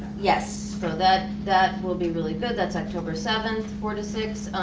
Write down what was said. yes, so that that will be really good, that's october seventh, four to six.